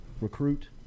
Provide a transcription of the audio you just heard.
recruit